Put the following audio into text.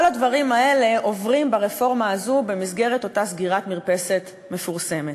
כל הדברים האלה עוברים ברפורמה הזו במסגרת אותה סגירת מרפסת מפורסמת.